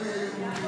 חשובים